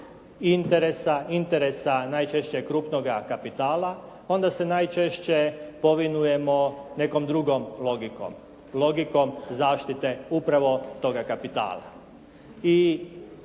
interesa najčešće krupnoga kapitala onda se najčešće povinujemo nekom drugom logikom, logikom zaštite upravo toga kapitala. I